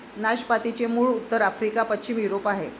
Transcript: नाशपातीचे मूळ उत्तर आफ्रिका, पश्चिम युरोप आहे